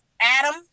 adam